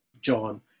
John